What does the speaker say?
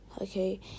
okay